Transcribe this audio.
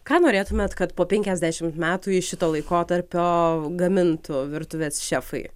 ką norėtumėt kad po penkiasdešimt metų iš šito laikotarpio gamintų virtuvės šefai